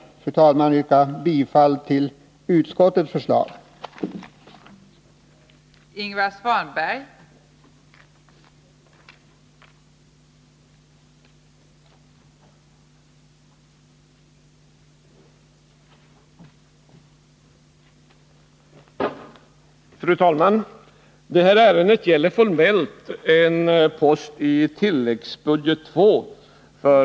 Med detta, fru talman, vill jag yrka bifall till utskottets hemställan.